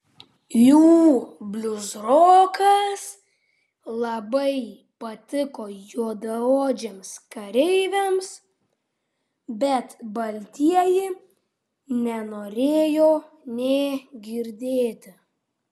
jų bliuzrokas labai patiko juodaodžiams kareiviams bet baltieji nenorėjo nė girdėti